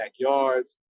backyards